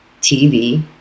TV